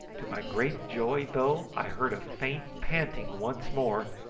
to my great joy, though, i heard a faint panting once more,